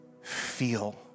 feel